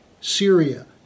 Syria